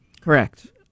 Correct